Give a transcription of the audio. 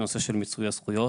בנושא של מיצוי זכויות,